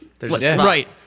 Right